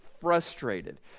frustrated